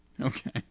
Okay